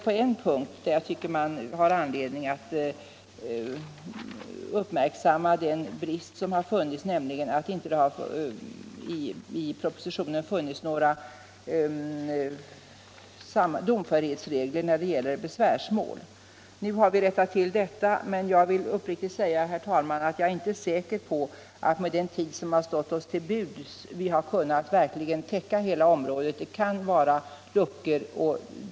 På en punkt tycker jag att man har anledning att uppmärksamma en brist, nämligen att det inte i propositionen har funnits några domförhetsregler när det gäller besvärsmål. Nu har vi rättat till detta, men jag vill säga uppriktigt, herr talman, att jag inte är säker på att vi med den tid som har stått oss till buds verkligen har kunnat täcka hela området. Det kan vara luckor.